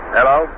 Hello